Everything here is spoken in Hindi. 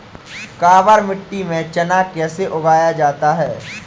काबर मिट्टी में चना कैसे उगाया जाता है?